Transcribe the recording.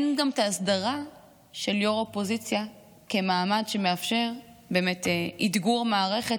אין גם את ההסדרה של יו"ר אופוזיציה כמעמד שמאפשר באמת אתגור מערכת,